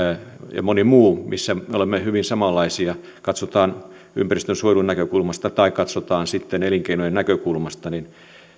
ja moni muu missä me olemme hyvin samanlaisia katsotaan ympäristönsuojelun näkökulmasta tai katsotaan sitten elinkeinojen näkökulmasta niin